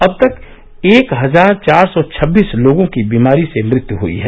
अब तक एक हजार चार सौ छबीस लोगों की बीमारी से मृत्यु हई है